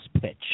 pitch